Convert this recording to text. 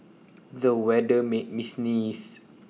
the weather made me sneeze